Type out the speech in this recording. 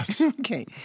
Okay